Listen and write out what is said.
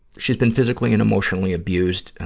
she's been physically and emotionally abused.